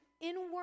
inward